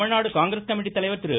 Tamil Nadu Congress committee தலைவர் திரு